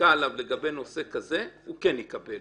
בדיקה עליו לגבי נושא כזה, הוא כן יקבל.